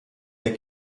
der